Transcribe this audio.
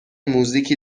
موزیکی